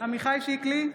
עמיחי שיקלי,